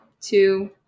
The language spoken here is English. two